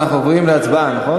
אנחנו עוברים להצבעה, נכון?